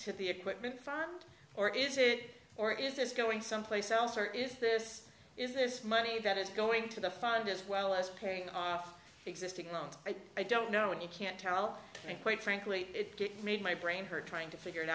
to the equipment or is it or is this going someplace else or is this is this money that is going to the fund as well as paying off existing loans i don't know when you can't tell me quite frankly it made my brain hurt trying to figure it